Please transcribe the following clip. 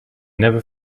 never